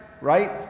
Right